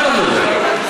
אני גר שם,